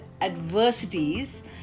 adversities